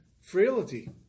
frailty